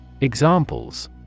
Examples